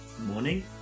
morning